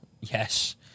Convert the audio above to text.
yes